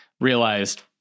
realized